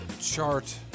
chart